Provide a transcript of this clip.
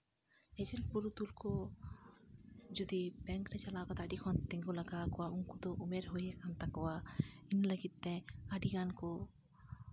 agent ᱯᱩᱨᱩᱫᱷᱩᱞ ᱠᱚ ᱡᱩᱫᱤ ᱵᱮᱝᱠ ᱨᱮ ᱪᱟᱞᱟᱣ ᱠᱟᱛᱮᱫ ᱟᱹᱰᱤ ᱠᱷᱚᱱ ᱛᱤᱸᱜᱩ ᱞᱟᱜᱟᱣ ᱠᱚᱣᱟ ᱩᱱᱠᱩ ᱫᱚ ᱩᱢᱮᱨ ᱦᱩᱭ ᱟᱠᱟᱱ ᱛᱟᱠᱚᱣᱟ ᱤᱧ ᱞᱟᱹᱜᱤᱫ ᱛᱮ ᱟᱹᱰᱤᱜᱟᱱ ᱠᱚ